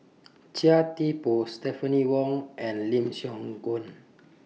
Chia Thye Poh Stephanie Wong and Lim Siong Guan